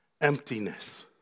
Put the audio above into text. Emptiness